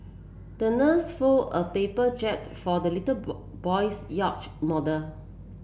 the nurse fold a paper jib for the little boy's yacht model